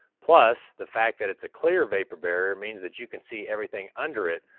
plus, the fact that it's a clear vapor barrier means that you can see everything under it.